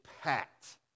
packed